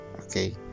okay